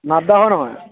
নাথ দা হয় নহয়